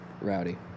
Rowdy